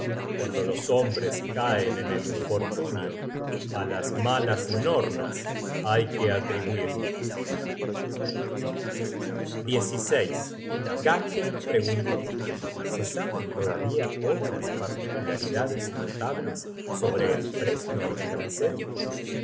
cuando los hombres caen en el infortunio á las malas nornas hay que atribuirlo gangler preguntó se saben todavía otras particularidades notables sobre el fresno